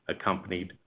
accompanied